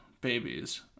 babies